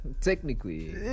technically